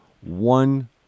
one